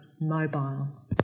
mobile